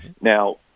now